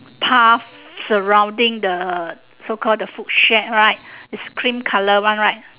path surrounding the so called the food shack right this green colour one right